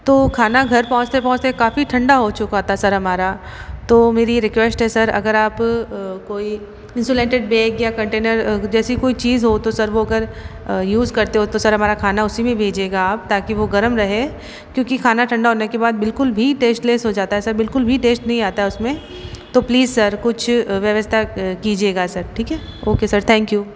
तो खाना घर पहुँचते पहुँचते काफ़ी ठंडा हो चुका था सर हमारा तो मेरी रिक्वेस्ट है सर अगर आप कोई इंसुलेटेड बैग या कंटेनर जैसी कोई चीज़ हो तो सर वह अगर यूज़ करते हो तो सर हमारा खाना उसी में भेजिएगा आप ताकि वो गर्म रहे क्योंकि खाना ठंडा होने के बाद बिल्कुल भी टेस्टलेस हो जाता है सर बिल्कुल भी टेस्ट नहीं आता उसमें तो प्लीज़ सर कुछ व्यवस्था कीजिएगा सर ठीक है ओके सर थैंक यू